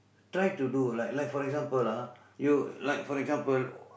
try to do like like for example ah you like for example